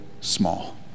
small